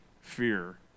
fear